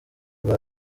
rwa